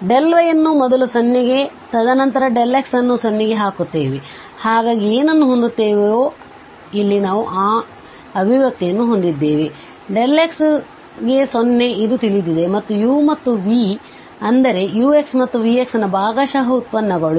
ಆದ್ದರಿಂದ y ಅನ್ನು ಮೊದಲು 0 ಕ್ಕೆ ತದನಂತರ ಈ xನ್ನು 0 ಗೆ ಹಾಕುತ್ತೇವೆ ಹಾಗಾಗಿ ಏನನ್ನು ಹೊಂದುತ್ತೇವೋ ಇಲ್ಲಿ ನಾವು ಈ ಅಭಿವ್ಯಕ್ತಿಯನ್ನು ಹೊಂದಿದ್ದೇವೆ x ಗೆ 0 ಇದು ತಿಳಿದಿದೆ ಮತ್ತು u ಮತ್ತು ಈ v ಅಂದರೆ ಇದು uxಮತ್ತು ಇದು vx ನ ಭಾಗಶಃ ಉತ್ಪನ್ನಗಳು